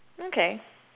okay